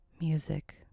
music